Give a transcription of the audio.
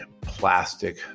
plastic